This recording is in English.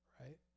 Right